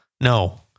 No